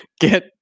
get